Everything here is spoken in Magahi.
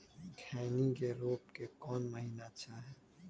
खैनी के रोप के कौन महीना अच्छा है?